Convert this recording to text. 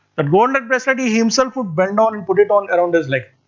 that golden bracelet he himself would bend ah and put it um around his leg.